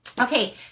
Okay